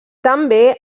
també